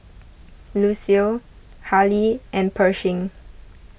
Lucille Hali and Pershing